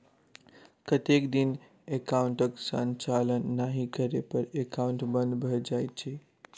कतेक दिन एकाउंटक संचालन नहि करै पर एकाउन्ट बन्द भऽ जाइत छैक?